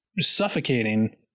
suffocating